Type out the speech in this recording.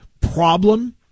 problem